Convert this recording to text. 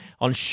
on